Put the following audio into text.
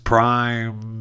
Prime